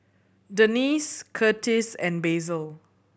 Denice Kurtis and Basil